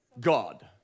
God